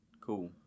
Cool